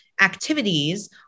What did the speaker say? activities